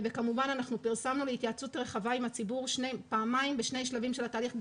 וכמובן פרסמנו להתייעצות רחבה עם הציבור פעמיים בשני שלבים של התהליך: